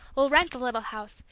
we'll rent the little house,